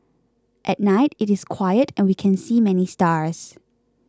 at night it is quiet and we can see many stars